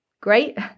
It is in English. Great